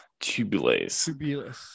tubulase